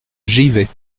givet